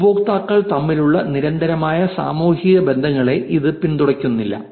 ഉപയോക്താക്കൾ തമ്മിലുള്ള നിരന്തരമായ സാമൂഹിക ബന്ധങ്ങളെ ഇത് പിന്തുണയ്ക്കുന്നില്ല